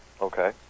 okay